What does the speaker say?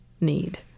need